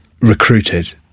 recruited